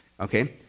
okay